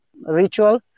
ritual